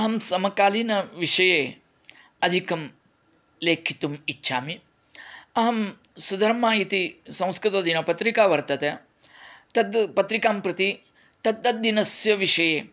अहं समकालीनविषये अधिकं लेखितुम् इच्छामि अहं सुधर्मा इति संस्कृतदिनपत्रिका वर्तते तत् पत्रिकां प्रति तत्तद्दिनस्य विषये